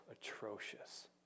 atrocious